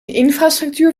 infrastructuur